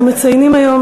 אני מציינים היום,